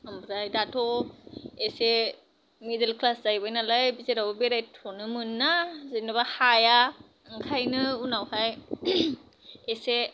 ओमफ्राय दा थ' एसे मिदोल क्लास जाहैबाय नालाय जेरावबो बेरायथ'नो मोना जेन'बा हाया ओंखायनो उनावहाय एसे